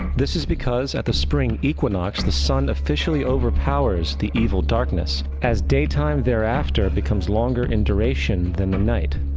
this is because at the spring equinox, the sun officially overpowers the evil darkness, as daytime thereafter becomes longer in duration than the night,